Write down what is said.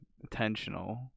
intentional